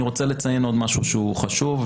אני רוצה לציין עוד משהו שהוא חשוב,